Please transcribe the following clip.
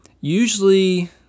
Usually